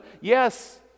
Yes